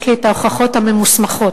יש לי ההוכחות הממוסמכות.